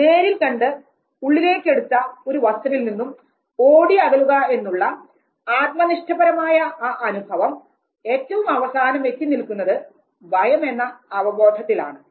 നേരിൽ കണ്ട് ഉള്ളിലേക്കെടുത്ത ഒരു വസ്തുവിൽ നിന്നും ഓടി അകലുക എന്നുള്ള ആത്മനിഷ്ഠപരമായ ആ അനുഭവം ഏറ്റവും അവസാനം എത്തി നിൽക്കുന്നത് ഭയമെന്ന അവബോധത്തിൽ ആണ്